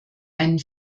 einen